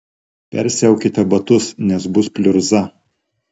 persiaukite batus nes bus pliurza